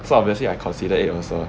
so obviously I consider it also ah